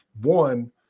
one